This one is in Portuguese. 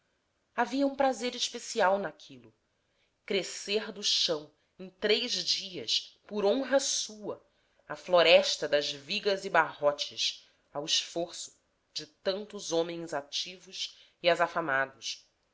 havia um prazer especial naquilo crescer do chão em três dias por honra sua a floresta das vigas e barrotes ao esforço de tantos homens ativos e azafamados cantarem as